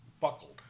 buckled